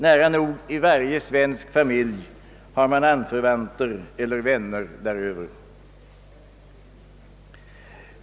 Nära nog i varje svensk familj har man anförvanter eller vänner däröver.